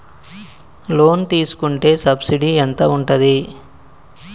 Loan తీసుకుంటే subsidy ఎంత ఉంటది?